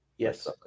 Yes